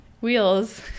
wheels